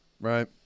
Right